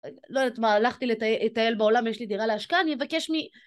לא יודעת מה הלכתי לטייל בעולם יש לי דירה להשקעה אני אבקש מ..